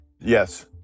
Yes